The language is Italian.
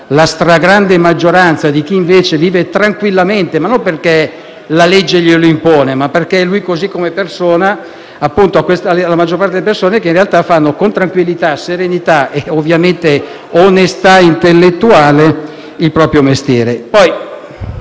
la stragrande maggioranza di chi invece vive tranquillamente, non perché la legge glielo impone, ma perché è così come persona (insieme appunto alla maggior parte delle persone) e svolge con tranquillità, serenità e onestà intellettuale il proprio mestiere.